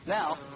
Now